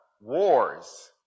wars